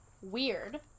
Weird